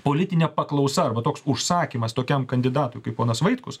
politinė paklausa arba toks užsakymas tokiam kandidatui kaip ponas vaitkus